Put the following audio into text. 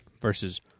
versus